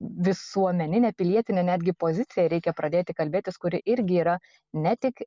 visuomeninę pilietinę netgi poziciją reikia pradėti kalbėtis kuri irgi yra ne tik